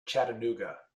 chattanooga